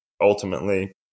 Ultimately